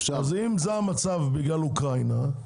אם המצב הוא בגלל אוקראינה,